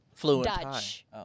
Dutch